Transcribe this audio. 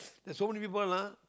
that so many people ah